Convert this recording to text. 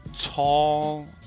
tall